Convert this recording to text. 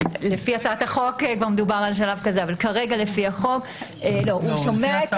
לפי הצעת החוק מדובר על שלב כזה אבל כרגע לפי החוק הוא שומע את העמדה.